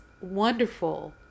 wonderful